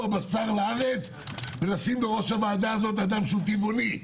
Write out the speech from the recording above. הבשר לארץ ולשים בראש הוועדה הזאת טבעוני.